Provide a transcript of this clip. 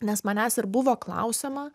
nes manęs ir buvo klausiama